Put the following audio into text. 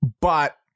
But-